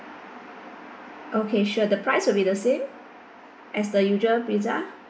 okay sure the price will be the same as the usual pizza